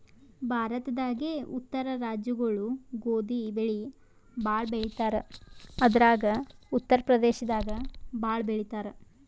ಭಾರತದಾಗೇ ಉತ್ತರ ರಾಜ್ಯಗೊಳು ಗೋಧಿ ಬೆಳಿ ಭಾಳ್ ಬೆಳಿತಾರ್ ಅದ್ರಾಗ ಉತ್ತರ್ ಪ್ರದೇಶದಾಗ್ ಭಾಳ್ ಬೆಳಿತಾರ್